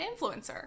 influencer